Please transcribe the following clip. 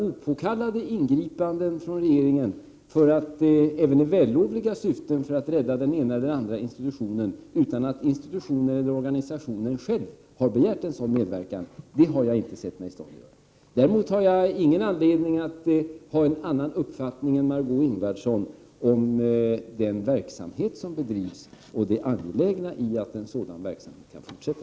Opåkallade ingripanden från regeringen, även i så vällovliga syften som att rädda den ena eller andra institutionen, utan att institutionen eller organisationen själv har begärt en sådan medverkan, har jag inte sett mig i stånd att göra. Däremot har jag ingen anledning att ha en annan uppfattning än Margöé Ingvardsson om den verksamhet som bedrivs och det angelägna i att en sådan verksamhet kan fortsätta.